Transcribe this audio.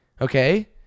Okay